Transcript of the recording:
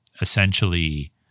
essentially